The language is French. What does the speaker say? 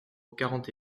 quarante